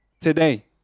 Today